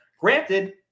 Granted